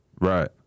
Right